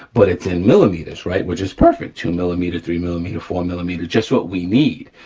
but it's in millimeters, right, which is perfect, two millimeter, three millimeter, four millimeter, just what we need.